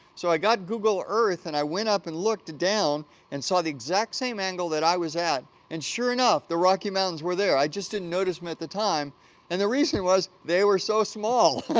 so, i got google earth and i went up and looked down and saw the exact same angle that i was at and, sure enough, the rocky mountains were there, i just didn't notice them at the time and the reason was they were so small.